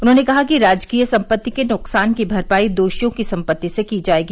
उन्होंने कहा कि राजकीय सम्पत्ति के नुकसान की भरपाई दोषियों की सम्पत्ति से की जायेगी